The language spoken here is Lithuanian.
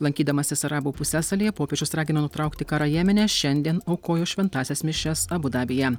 lankydamasis arabų pusiasalyje popiežius ragino nutraukti karą jemene šiandien aukojo šventąsias mišias abu dabyje